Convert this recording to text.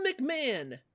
McMahon